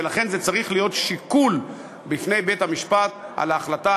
ולכן זה צריך להיות שיקול בפני בית-המשפט בהחלטה